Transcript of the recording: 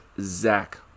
Zach